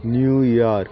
New York